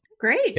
Great